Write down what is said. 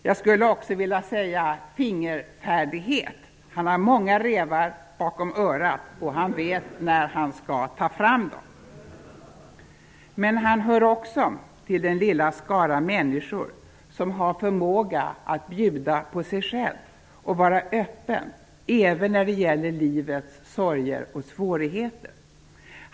Jag skulle också vilja säga fingerfärdighet. Han har många rävar bakom örat, och han vet när han skall ta fram dem. Sten Andersson hör också till den lilla skara människor som har förmåga att bjuda på sig själva och vara öppna, även när det gäller livets sorger och svårigheter.